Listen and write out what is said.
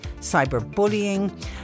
cyberbullying